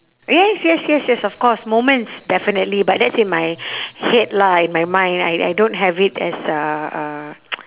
yes yes yes yes of course moments definitely but that's in my head lah in my mind I I don't have it as a a